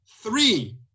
three